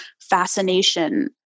fascination